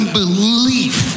belief